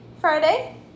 Friday